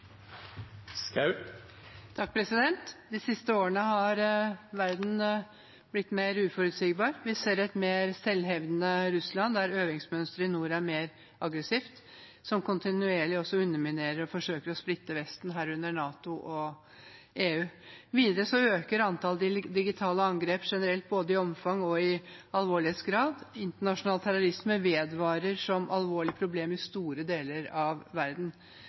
De siste årene har verden blitt mer uforutsigbar. Vi ser et mer selvhevdende Russland der øvingsmønsteret i nord er mer aggressivt, og som kontinuerlig også underminerer og forsøker å splitte Vesten, herunder NATO og EU. Videre øker antall digitale angrep generelt både i omfang og i alvorlighetsgrad. Internasjonal terrorisme vedvarer som alvorlig problem i store deler av verden.